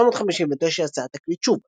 ב-1959 יצא התקליט שוב.